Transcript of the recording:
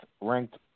ranked